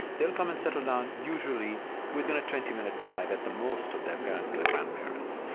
they'll come and settle down usually within a twenty minute drive at the most of their parents or their grandparents.